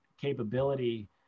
capability